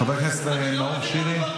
חבר הכנסת נאור שירי,